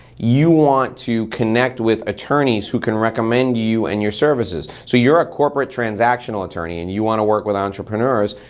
you want to connect with attorneys who can recommend you and your services. so you're a corporate transactional attorney and you wanna work with entrepreneurs,